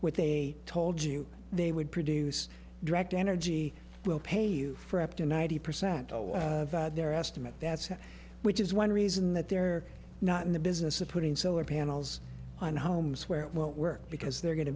what they told you they would produce direct energy will pay you for up to ninety percent of their estimate that's which is one reason that they're not in the business of putting solar panels on homes where it won't work because they're going to